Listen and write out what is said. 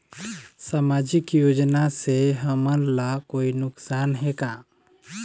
सामाजिक योजना से हमन ला कोई नुकसान हे का?